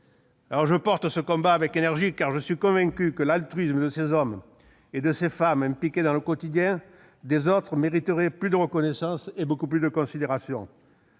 Je porte ce combat avec énergie, car je suis convaincu que l'altruisme de ces hommes et de ces femmes impliqués dans le quotidien des autres mériterait plus de reconnaissance et beaucoup plus de considération.